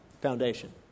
foundation